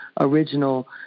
original